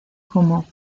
como